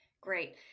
Great